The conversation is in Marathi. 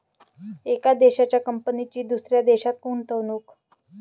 एका देशाच्या कंपनीची दुसऱ्या देशात गुंतवणूक